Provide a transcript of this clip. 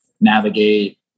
navigate